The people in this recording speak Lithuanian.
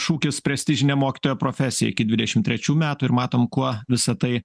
šūkis prestižinę mokytojo profesiją iki dvidešimt trečių metų ir matom kuo visa tai